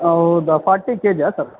ಹೌದ ಫಾರ್ಟಿ ಕೆಜಿಯಾ ಸರ್